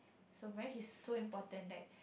so very he's so important that